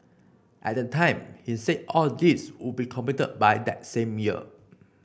at the time he said all these would be completed by that same year